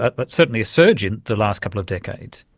but but certainly a surge in the last couple of decades.